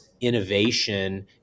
innovation